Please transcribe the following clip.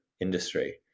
industry